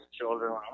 children